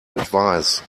advise